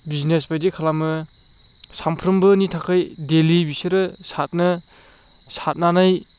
business बायदि खालामो सामफ्रोमबोनि थाखाय देलि बिसोरो सारनो सारनानै